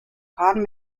hahn